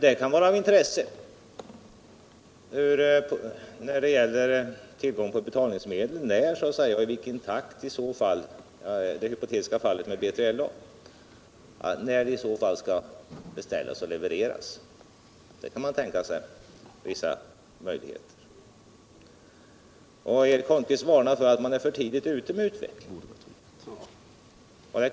Det kan ha sitt intresse när det gäller tillgången på betalningsmedel och i vilken takt — för att ta det hypotetiska fallet - B3LA skall beställas och Icvereras. Eric Holmqvist varnade för att man var för tidigt ute med utvecklingsarbetet.